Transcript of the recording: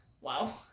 wow